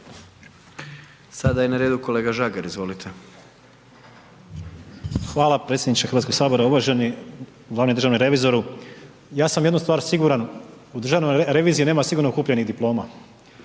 Sada je na redu kolega Žagar, izvolite. **Žagar, Tomislav (Nezavisni)** Hvala predsjedniče Hrvatskog sabora. Uvaženi glavni državni revizoru, ja sam jednu stvar siguran, u Državniji reviziji nema sigurno kupljenih diploma,